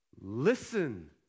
Listen